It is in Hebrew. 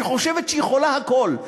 היא חושבת שהיא יכולה הכול,